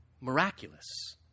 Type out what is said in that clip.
miraculous